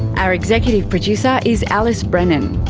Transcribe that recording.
our executive producer is alice brennan.